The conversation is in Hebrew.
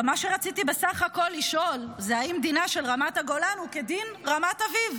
מה שרציתי בסך הכול לשאול הוא אם דינה של רמת הגולן הוא כדין רמת אביב,